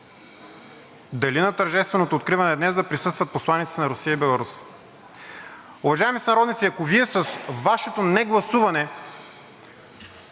дали на тържественото откриване днес да присъстват посланиците на Русия и Беларус?! Уважаеми сънародници, ако Вие с Вашето негласуване